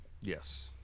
Yes